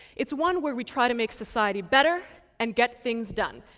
it's one where we try to make society better and get things done.